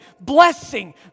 blessing